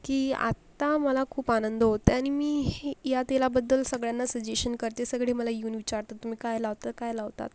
की आता मला खूप आनंद होत आहे आणि मी हे या तेलाबद्दल सगळ्यांना सजेशन करते सगळे मला येऊन विचारतात तुम्ही काय लावता काय लावतात